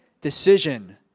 decision